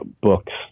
books